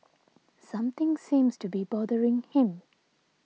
something seems to be bothering him